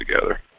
together